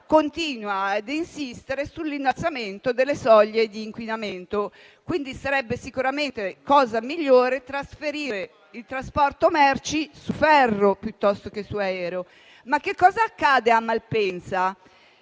continua a insistere sull'innalzamento delle soglie di inquinamento. Quindi sarebbe sicuramente meglio trasferire il trasporto merci, piuttosto, su ferro. Ma che cosa accade a Malpensa?